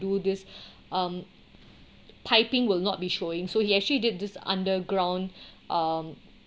do this um piping will not be showing so he actually did this underground um